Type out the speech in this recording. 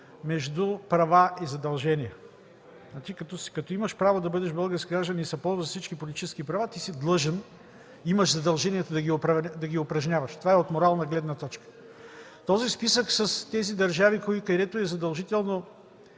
между права и задължения. Като имаш право да бъдеш български гражданин и се ползваш с всички политически права, ти си длъжен, имаш задължението да ги упражняваш. Това е от морална гледна точка. По този списък с тези държави, където е задължително